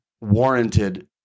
warranted